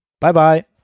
Bye-bye